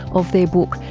of their book,